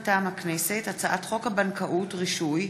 מטעם הכנסת: הצעת חוק הבנקאות (רישוי)